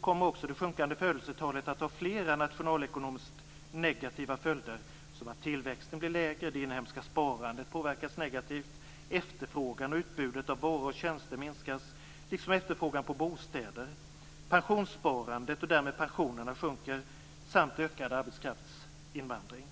kommer också det sjunkande födelsetalet att ha flera nationalekonomiska negativa följder som att tillväxten blir lägre, det inhemska sparandet påverkas negativt, efterfrågan och utbudet av varor och tjänster minskas liksom efterfrågan på bostäder. Pensionssparandet och därmed pensionerna sjunker och det blir en ökad arbetskraftsinvandring.